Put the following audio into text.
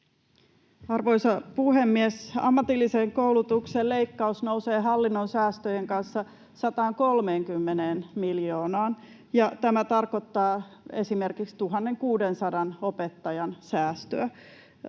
Arvoisa puhemies! Ammatillisen koulutuksen leikkaus nousee hallinnon säästöjen kanssa 130 miljoonaan, ja tämä tarkoittaa esimerkiksi 1 600 opettajan säästöä.